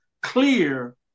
clear